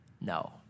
no